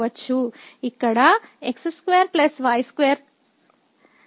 ఇక్కడ x2 y2 positive గా ఉంటుంది